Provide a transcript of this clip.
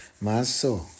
Maso